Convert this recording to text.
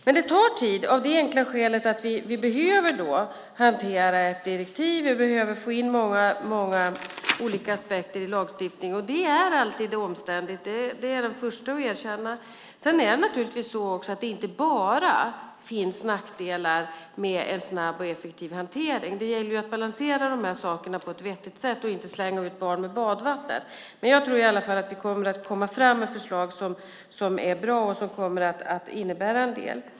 Men det tar tid av det enkla skälet att vi behöver hantera ett direktiv, och vi behöver få in många olika aspekter i lagstiftningen. Det är alltid omständligt. Det är jag den första att erkänna. Sedan är det naturligtvis också så att det inte bara finns nackdelar med en snabb och effektiv hantering. Det gäller att balansera de här sakerna på ett vettigt sätt och inte slänga ut barnet med badvattnet. Men jag tror i alla fall att det kommer att komma fram förslag som är bra och som kommer att innebära en del.